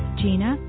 gina